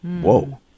Whoa